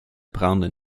prendre